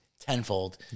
tenfold